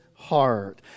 heart